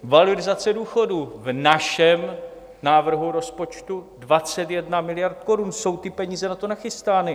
Valorizace důchodů: v našem návrhu rozpočtu 21 miliard korun, jsou ty peníze na to nachystány.